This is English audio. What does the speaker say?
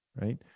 Right